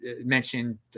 mentioned